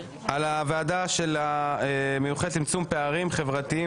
על הוועדה המיוחדת לצמצום פערים חברתיים